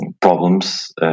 problems